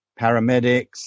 paramedics